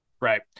Right